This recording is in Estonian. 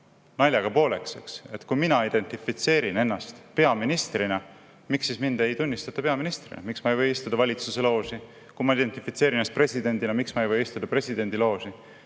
naljaga pooleks, et kui mina identifitseerin ennast peaministrina, miks siis mind ei tunnistata peaministrina, miks ma ei või istuda valitsuse looži, ja kui ma identifitseerin ennast presidendina, miks ma ei või istuda presidendi looži.